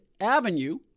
Avenue